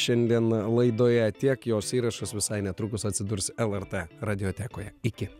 šiandien laidoje tiek jos įrašas visai netrukus atsidurs lrt radiotekoje iki